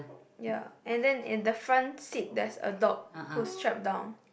ya and then in the front seat there's a dog who's strapped down